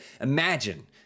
imagine